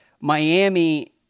Miami